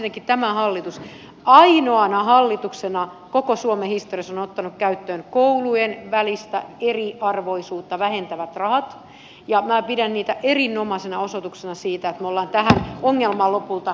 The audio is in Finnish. ensinnäkin tämä hallitus ainoana hallituksena koko suomen historiassa on ottanut käyttöön koulujen välistä eriarvoisuutta vähentävät rahat ja minä pidän niitä erinomaisena osoituksena siitä että me olemme tähän ongelmaan lopulta kiinnittämässä huomiota